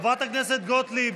חברת הכנסת גוטליב,